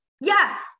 yes